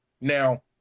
now